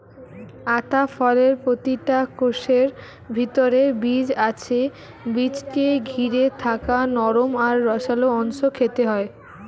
আতা ফলের প্রতিটা কোষের ভিতরে বীজ আছে বীজকে ঘিরে থাকা নরম আর রসালো অংশ খেতে হয়